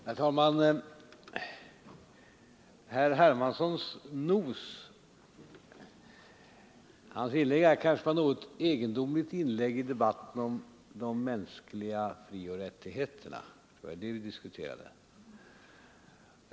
Herr talman! Herr Hermanssons nos — hans inlägg på den punkten var kanske något egendomligt för att vara ett inlägg i debatten om de mänskliga frioch rättigheterna; det var nämligen den saken vi diskuterade.